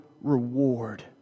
reward